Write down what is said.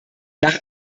nach